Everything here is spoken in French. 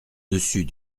dessus